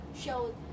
show